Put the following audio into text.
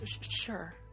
sure